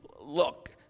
look